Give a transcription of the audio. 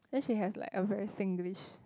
then she has like a very Singlish